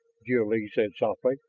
jil-lee said softly.